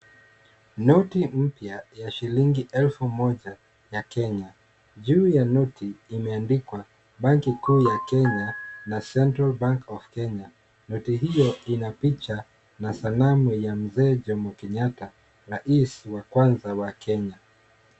Noti mpya ya shilingi elfu moja ya Kenya, juu ya noti imeandikwa Banki Kuu ya Kenya na Central Bank of Kenya. Noti hiyo ina picha na sanamu ya mzee Jomo Kenyatta, rais wa kwanza wa Kenya.